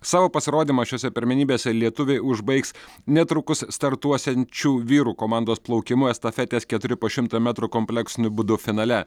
savo pasirodymą šiose pirmenybėse lietuviai užbaigs netrukus startuosiančių vyrų komandos plaukimu estafetės keturi po šimtą metrų kompleksiniu būdu finale